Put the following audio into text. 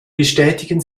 bestätigen